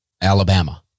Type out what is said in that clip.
Alabama